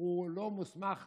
לא מוסמך